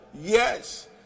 Yes